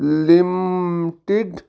limited